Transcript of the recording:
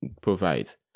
provides